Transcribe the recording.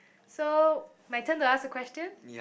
so my turn to ask the question